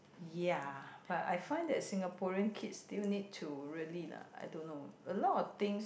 ya but I find that Singaporean kids still need to really lah I don't know a lot of things